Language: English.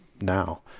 now